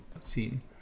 Scene